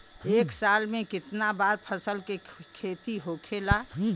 एक साल में कितना बार फसल के खेती होखेला?